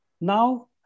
Now